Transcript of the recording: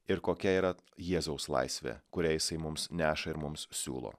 ir kokia yra jėzaus laisvė kurią jisai mums neša ir mums siūlo